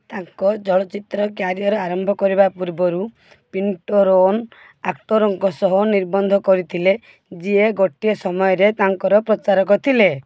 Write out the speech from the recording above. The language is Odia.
ତାଙ୍କ ଚଳଚ୍ଚିତ୍ର କ୍ୟାରିୟର ଆରମ୍ଭ କରିବା ପୂର୍ବରୁ ପିଣ୍ଟୋ ରୋହନ ଆକ୍ଟରଙ୍କ ସହ ନିର୍ବନ୍ଧ କରିଥିଲେ ଯିଏ ଗୋଟିଏ ସମୟରେ ତାଙ୍କର ପ୍ରଚାରକ ଥିଲେ